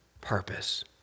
purpose